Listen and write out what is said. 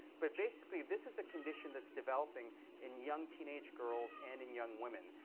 but basically, this is a condition that's developing in young teenage girls and in young women.